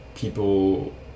people